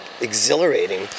exhilarating